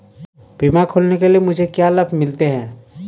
बीमा खोलने के लिए मुझे क्या लाभ मिलते हैं?